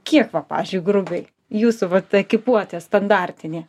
kiek va pavyzdžiui grubiai jūsų vat ta ekipuotė standartinė